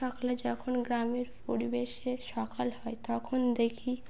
সকালে যখন গ্রামের পরিবেশে সকাল হয় তখন দেখি